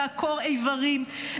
לעקור איברים,